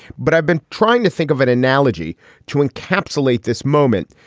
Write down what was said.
but i've been trying to think of an analogy to encapsulate this moment,